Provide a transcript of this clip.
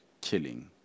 killing